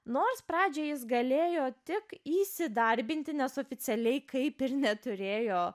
nors pradžiai jis galėjo tik įsidarbinti nes oficialiai kaip ir neturėjo